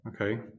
Okay